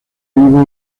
vivo